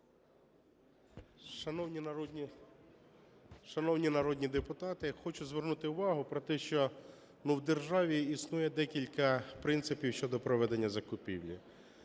Шановні народні депутати, хочу звернути увагу на те, що в державі існує декілька принципів щодо проведення закупівлі.